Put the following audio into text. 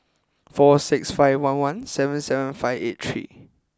four six five one one seven seven five eight three